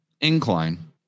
incline